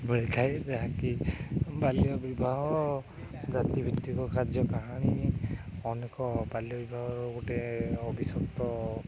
ମିଳିଥାଏ ଯାହାକି ବାଲ୍ୟ ବିବାହ ଜାତି ଭିତ୍ତିକ କାର୍ଯ୍ୟ କାହାଣୀ ଅନେକ ବାଲ୍ୟ ବିବାହର ଗୋଟେ ଅଭିିଷକ୍ତ